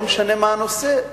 לא משנה מה הנושא,